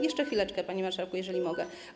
Jeszcze chwileczkę, panie marszałku, jeżeli mogę.